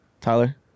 Tyler